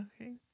Okay